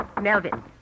Melvin